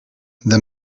the